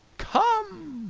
come